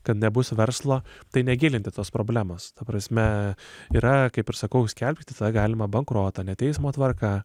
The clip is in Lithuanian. kad nebus verslo tai negilinti tos problemos ta prasme yra kaip ir sakau skelbti tą galimą bankrotą ne teismo tvarka